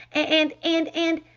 and and and?